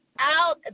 out